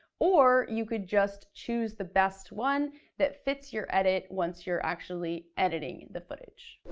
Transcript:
or you could just choose the best one that fits your edit once you're actually editing the footage.